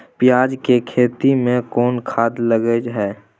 पियाज के खेती में कोन खाद लगे हैं?